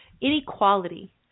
inequality